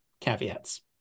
caveats